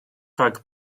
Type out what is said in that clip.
rhag